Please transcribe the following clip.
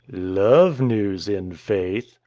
love news, in faith.